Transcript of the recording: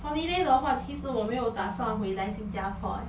holiday 的话其实我没有打算回来新加坡 eh